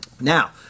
Now